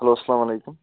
hello اسلام علیکُم